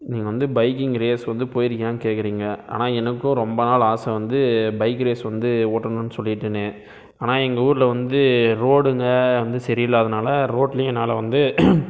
நான் வந்து biking race வந்து போயிருக்கியானு கேட்குறீங்க ஆனால் எனக்கும் ரொம்ப நாள் ஆசை வந்து பைக் ரேஸ் வந்து ஓட்டணும்னு சொல்லிட்டுனு ஆனால் எங்கள் ஊரில் வந்து ரோடுங்கள் வந்து சரியில்லாததுனால் ரோட்லேயும் என்னால் வந்து